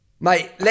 Mate